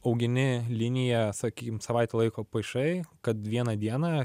augini liniją sakykim savaitę laiko paišai kad vieną dieną